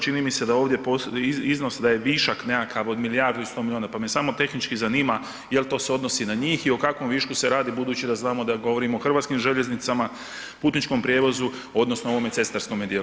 Čini mi se da je iznos da je višak nekakav od milijardu i 100 milijuna, pa me samo tehnički zanima jel to se odnosi na njih i o kakvom višku se radi budući da znamo da govorimo o Hrvatskim željeznicama, Putničkom prijevozu odnosno ovom cestarskome dijelu.